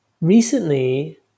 recently